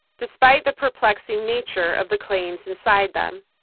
despite the perplexing nature of the claims inside them.